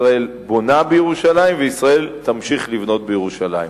ישראל בונה בירושלים וישראל תמשיך לבנות בירושלים.